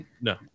no